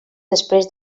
després